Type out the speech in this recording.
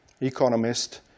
economist